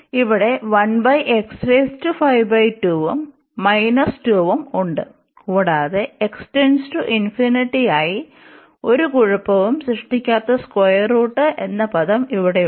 ഇവിടെ 1x 52 ഉം 2 ഉം ഉണ്ട് കൂടാതെ ആയി ഒരു കുഴപ്പവും സൃഷ്ടിക്കാത്ത സ്ക്വയർ റൂട്ട് എന്ന പദം ഇവിടെയുണ്ട്